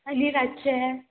आनी रातचें